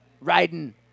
Riding